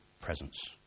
presence